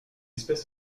espèce